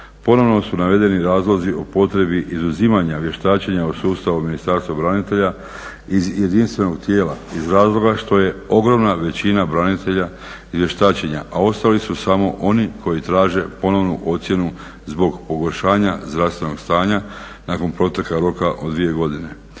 Ponovno su navedeni razlozi o potrebi izuzimanja vještačenja u sustavu Ministarstva branitelja iz jedinstvenog tijela iz razloga što je ogromna većina branitelja izvještačena, a ostali su samo oni koji traže ponovnu ocjenu zbog pogoršanja zdravstvenog stanja nakon proteka roka od dvije godine